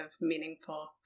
meaningful